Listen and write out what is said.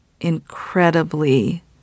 incredibly